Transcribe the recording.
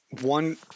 one